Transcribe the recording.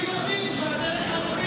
יהודים שהדרך הדתית שלהם שונה משלהם.